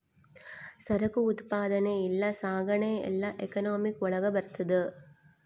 ಸರಕು ಉತ್ಪಾದನೆ ಇಲ್ಲ ಸಾಗಣೆ ಎಲ್ಲ ಎಕನಾಮಿಕ್ ಒಳಗ ಬರ್ತದೆ